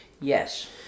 Yes